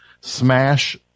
smash